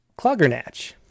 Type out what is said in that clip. cloggernatch